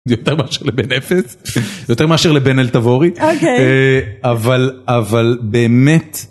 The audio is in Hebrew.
יותר מאשר לבן אפס יותר מאשר לבן־אל תבורי אבל אבל באמת